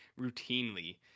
routinely